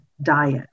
diet